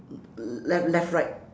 left left right